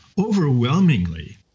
Overwhelmingly